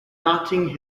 notting